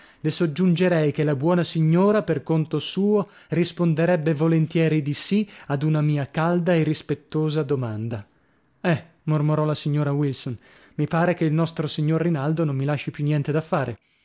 le soggiungerei che la buona signora per conto suo risponderebbe volentieri di sì ad una mia calda e rispettosa domanda eh mormorò la signora wilson mi pare che il nostro signor rinaldo non mi lasci più niente da fare